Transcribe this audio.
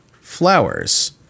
flowers